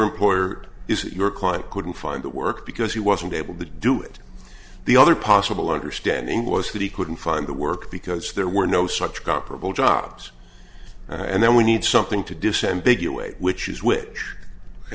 report is that your client couldn't find the work because he wasn't able to do it the other possible understanding was that he couldn't find the work because there were no such comparable jobs and then we need something to disambiguate which is which